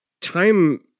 time